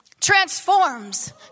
transforms